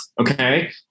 okay